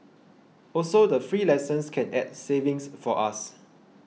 also the free lessons can add savings for us